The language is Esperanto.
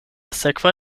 sekva